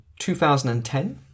2010